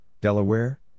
Delaware